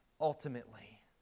ultimately